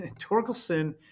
Torkelson